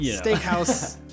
Steakhouse